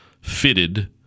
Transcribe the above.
fitted